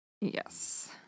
Yes